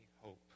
hope